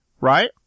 right